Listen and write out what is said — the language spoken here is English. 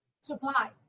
supply